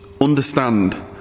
understand